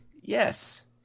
yes